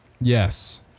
Yes